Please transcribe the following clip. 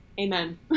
amen